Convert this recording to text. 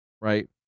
right